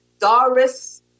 Doris